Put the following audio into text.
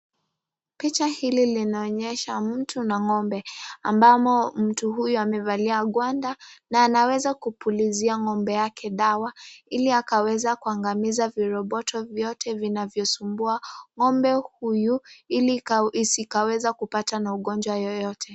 Picha hili linaonesha mtu na ng'ombe ambamo mtu huyo amevalia magwanda na anaweza kupulizia ng'ombe yake dawa Ili akaweze kumaliza kiroboto vyote vinavyo sumbua ng'ombe huyu ili asiweze kupatwa na ugojwa yeyote.